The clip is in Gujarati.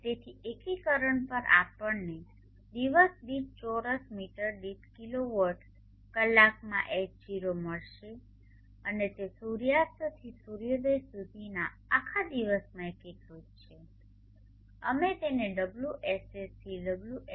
તેથી એકીકરણ પર આપણને દિવસ દીઠ ચોરસ મીટર દીઠ કિલોવોટ કલાકમાં H0 મળશે અને તે સૂર્યાસ્તથી સૂર્યોદય સુધીના આખા દિવસમાં એકીકૃત છે અમે તેને ωSS થી ωSR